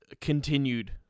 continued